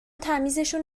تمیزشون